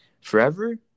forever